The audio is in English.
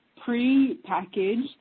pre-packaged